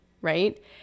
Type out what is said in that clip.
right